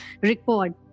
record